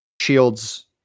shields